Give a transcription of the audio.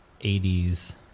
80s